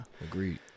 Agreed